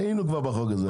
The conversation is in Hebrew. כבר היינו בחוק הזה.